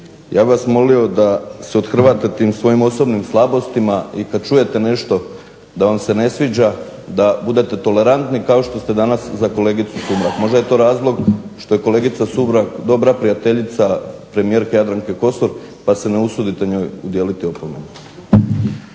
Ja bih vas molio da se othrvate tim svojim osobnim slabostima i kad čujete nešto da vam se ne sviđa da budete tolerantni kao što ste danas za kolegicu Sumrak. Možda je to razlog što je kolegica Sumrak dobra prijateljica premijerke Jadranke Kosor pa se ne usudite njoj udijeliti opomenu.